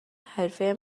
حرفه